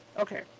Okay